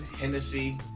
Hennessy